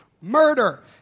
Murder